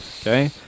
okay